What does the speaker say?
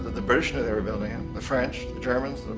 the british knew they were building them, the french, the germans,